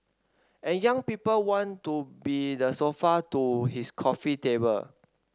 and young people want to be the sofa to his coffee table